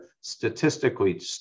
statistically